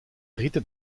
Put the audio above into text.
rieten